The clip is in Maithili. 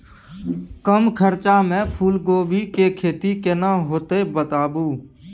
कम खर्चा में फूलकोबी के खेती केना होते बताबू?